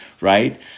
right